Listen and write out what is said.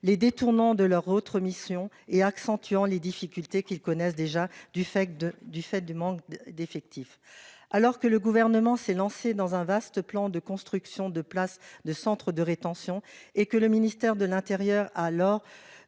les détournant de leur autre mission et accentuant les difficultés qu'ils connaissent déjà du fait que de, du fait du manque d'effectif alors que le gouvernement s'est lancé dans un vaste plan de construction de place de centres de rétention et que le ministère de l'Intérieur a lors